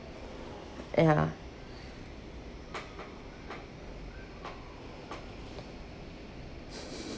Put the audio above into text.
ya